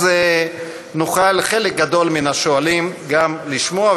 נוכל חלק גדול מהשואלים לשמוע,